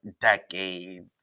decades